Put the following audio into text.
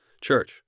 church